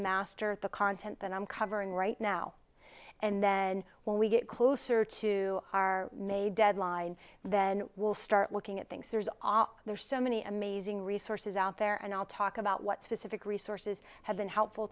master the content that i'm covering right now and then when we get close sir to our may deadline then we'll start looking at things there's there's so many amazing resources out there and i'll talk about what specific resources have been helpful